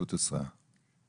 הצבעה ההסתייגות הוסרה.